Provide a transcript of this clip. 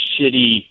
shitty